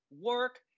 work